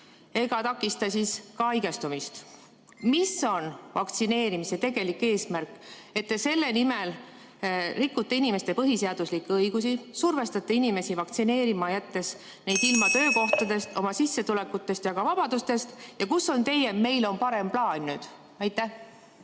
ega takista haigestumist. Mis on vaktsineerimise tegelik eesmärk, et te selle nimel rikute inimeste põhiseaduslikke õigusi, survestate inimesi vaktsineerima, jättes neid ilma töökohtadest, sissetulekutest ja vabadustest, ja kus on teie "meil on parem plaan" nüüd? Kaja